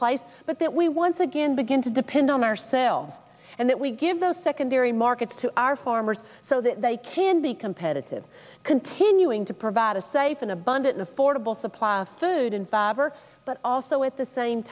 marketplace but that we once again begin to depend on ourselves and that we give those secondary markets to our farmers so that they can be competitive continuing to provide a safe in abundance affordable supply of food and fab are but also at the same